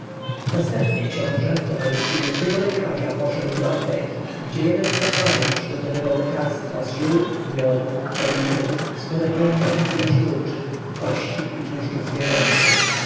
następnie książę w towarzystwie wielkiego lekarza poszedł do apteki gdzie jeden z kapłanów przygotowywał lekarstwa z ziół miodu oliwy skórek wężowych i jaszczurczych kości i tłuszczów zwierzęcych